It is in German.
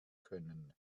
können